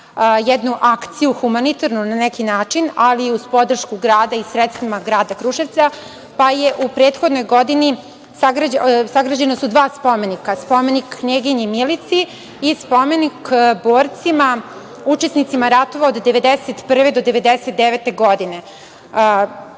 jednu humanitarnu akciju na neki način, ali uz podršku grada i sredstvima grada Kruševca, pa je u prethodnoj godini, sagrađena su dva spomenika, spomenik knjeginji Milici i spomenik borcima, učesnicima ratova od 1991. godine do 1999. godine.